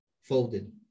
folded